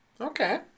Okay